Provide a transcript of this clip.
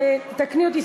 תקני אותי,